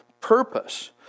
purpose